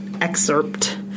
excerpt